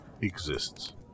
exists